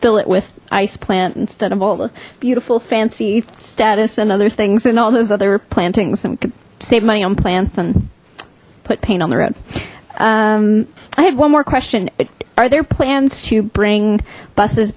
fill it with ice plant instead of all the beautiful fancy status and other things and all those other plantings and save money on plants and put paint on the road i had one more question are there plans to bring buses